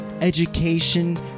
education